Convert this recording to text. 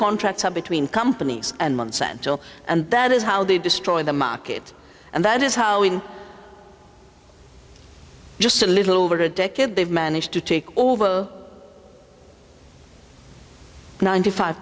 contracts are between companies and month central and that is how they destroy the market and that is how in just a little over a decade they've managed to take over ninety five